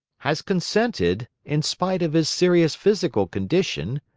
has consented, in spite of his serious physical condition,